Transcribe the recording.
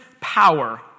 power